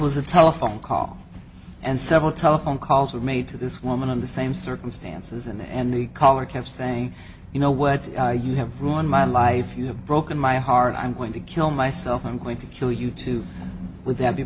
was a telephone call and several telephone calls were made to this woman in the same circumstances and the caller kept saying you know what you have ruined my life you have broken my heart i'm going to kill myself i'm going to kill you too without being